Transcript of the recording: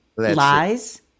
Lies